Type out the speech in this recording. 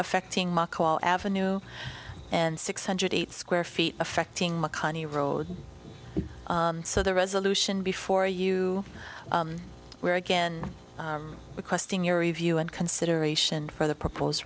affecting mccall avenue and six hundred eight square feet affecting mccarney road so the resolution before you where again requesting your review and consideration for the proposed